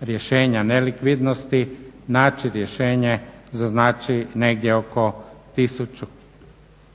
rješenja nelikvidnosti naći rješenje za znači negdje oko tisuću